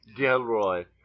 Delroy